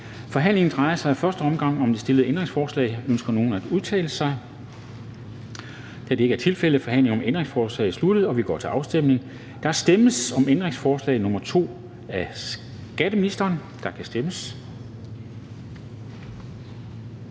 Forhandlingen drejer sig i første omgang om det stillede ændringsforslag. Ønsker nogen at udtale sig? Da det ikke er tilfældet, er forhandlingen om ændringsforslaget sluttet, og vi går til afstemning. Kl. 13:10 Afstemning Formanden (Henrik Dam Kristensen): Der stemmes